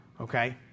okay